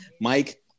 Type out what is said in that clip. Mike